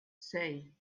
sei